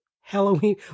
Halloween